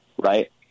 right